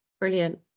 Brilliant